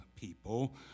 people